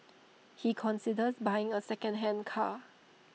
he considers buying A secondhand car